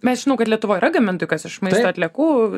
mes žinau kad lietuvoj yra gamintojų kas iš maisto atliekų